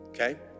okay